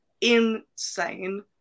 insane